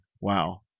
Wow